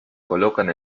colocan